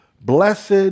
Blessed